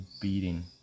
beating